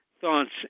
thoughts